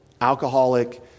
alcoholic